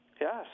Yes